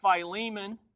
Philemon